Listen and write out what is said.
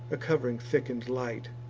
a covering thick and light.